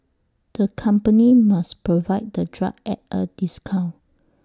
the company must provide the drug at A discount